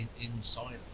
inside